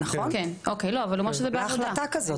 כן הייתה החלטה כזו